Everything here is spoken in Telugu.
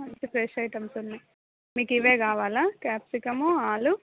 మనకి ఫ్రెష్ ఐటమ్స్ ఉన్నాయి మీకు ఇవే కావాలా క్యాప్సికము ఆలు